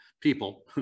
people